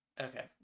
okay